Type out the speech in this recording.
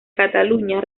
cataluña